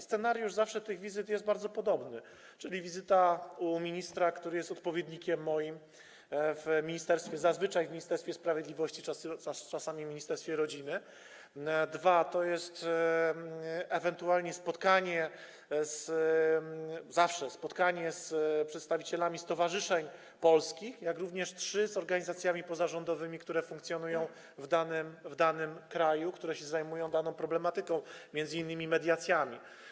Scenariusz tych wizyt zawsze jest bardzo podobny, czyli to jest wizyta u ministra, który jest moim odpowiednikiem w ministerstwie, zazwyczaj w ministerstwie sprawiedliwości, czasami w ministerstwie rodziny, po drugie, to jest ewentualnie spotkanie, zawsze spotkanie z przedstawicielami stowarzyszeń polskich, jak również, po trzecie, z organizacjami pozarządowymi, które funkcjonują w danym kraju i które się zajmują daną problematyką, m.in. mediacjami.